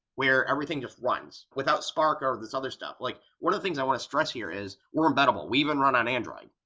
where everything just runs without spark or this other stuff. like one of the things i want to stress here is we're embeddable. we even run on android.